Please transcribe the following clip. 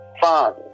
fun